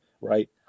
right